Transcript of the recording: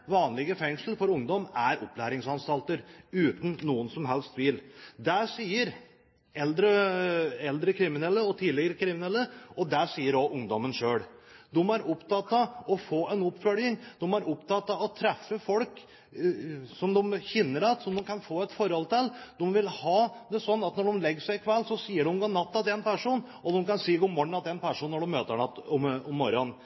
vanlige fengsler for ungdom er uten tvil opplæringsanstalter. Det sier eldre tidligere kriminelle, og det sier også ungdommene selv. De er opptatt av å få oppfølging, de er opptatt av å treffe folk som de kjenner igjen, som de kan få et forhold til. De vil ha det sånn at når de legger seg om kvelden, sier de god natt til en person, og så kan de si god morgen til den samme personen når de møter ham igjen om morgenen.